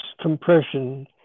compression